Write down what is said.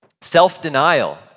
self-denial